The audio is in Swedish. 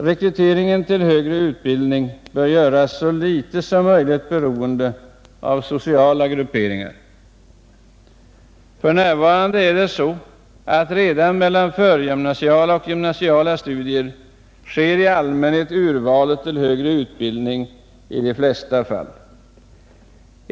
Rekryteringen till högre utbildning bör göras så litet som möjligt beroende av sociala grupperingar. För närvarande sker i de flesta fall urvalet till högre studier redan mellan de förgymnasiala och gymnasiala studierna.